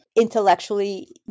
Intellectually